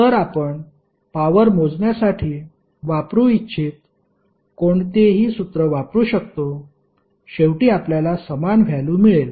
तर आपण पॉवर मोजण्यासाठी वापरू इच्छित कोणतेही सूत्र वापरू शकतो शेवटी आपल्याला समान व्हॅल्यु मिळेल